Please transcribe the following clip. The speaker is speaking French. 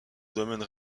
domaines